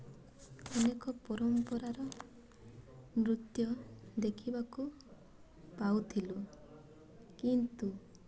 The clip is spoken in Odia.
ଅନେକ ପରମ୍ପରାର ନୃତ୍ୟ ଦେଖିବାକୁ ପାଉଥିଲୁ କିନ୍ତୁ